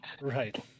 Right